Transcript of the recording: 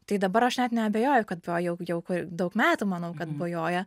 tai dabar aš net neabejoju kad va jau jau daug metų manau kad bujoja